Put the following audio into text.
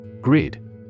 Grid